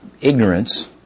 ignorance